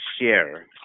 share